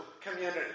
community